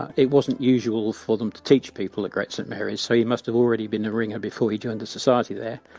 it wasn't usual for them to teach people at great st mary's, so he must have already been a ringer before he joined the society there.